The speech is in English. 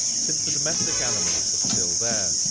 since the domestic animals were still there,